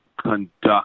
conduct